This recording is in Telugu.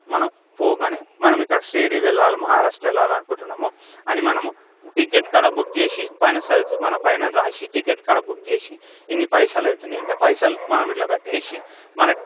మనం పోగానే మనం ఇక్కడ షిరిడి వెళ్లాలి మహారాష్ట్ర వెళ్లాలనుకుంటున్నాము అని మనము టికెట్ కాడా బుక్ చేసి పైన సెర్చ్ మన పైన రాసి టికెట్ కాడా బుక్ చేసి ఇన్ని పైసలు అయితున్నాయి అంటే పైసలు మనం ఇట్లా కట్టేసి మన